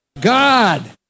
god